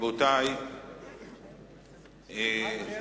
סליחה, אדוני היושב-ראש,